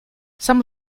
some